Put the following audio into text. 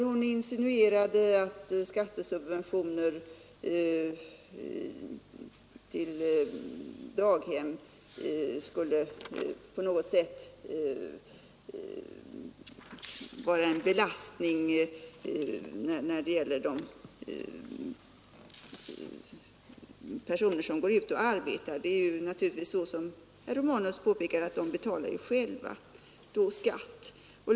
Hon insinuerade att det genom skattesubventionerna till daghem skulle vara en belastning för samhället när tidigare hemarbetande går ut och arbetar. Det som herr Romanus påpekade, nämligen att de då själva betalar skatt, är naturligtvis riktigt.